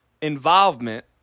involvement